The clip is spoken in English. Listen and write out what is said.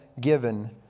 given